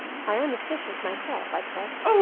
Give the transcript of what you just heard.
i am efficient myself, i trust,